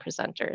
presenters